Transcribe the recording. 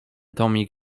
tomik